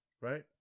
right